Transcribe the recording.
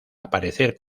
aparecer